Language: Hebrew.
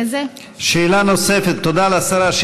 שאלה נוספת, תודה לשרה.